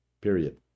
period